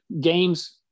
games